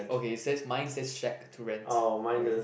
okay says mine says shack to rent okay